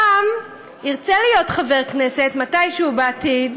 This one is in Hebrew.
שאולי ירצה להיות חבר כנסת אי-פעם, מתישהו בעתיד,